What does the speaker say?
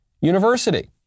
university